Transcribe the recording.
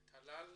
טלל,